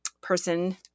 person